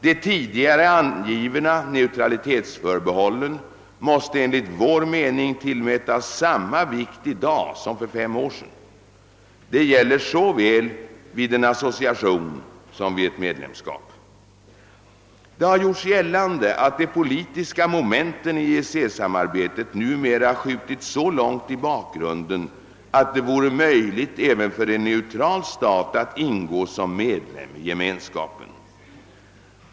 De tidigare angivna neutralitetsförbehållen måste enligt vår mening tillmätas samma vikt i dag som för fem år sedan. Det gäller såväl vid en association som vid ett medlemskap. Det har gjorts gällande att de politiska momenten i EEC-samarbetet nu mera skjutits så långt i bakgrunden att det vore möjligt även för en neutral stat att ingå som medlem i Gemenskapen.